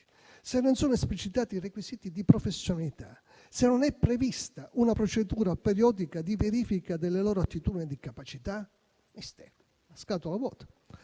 se non sono esplicitati i requisiti di professionalità; se non è prevista una procedura periodica di verifica delle loro attitudini e di capacità? Questa è una scatola vuota.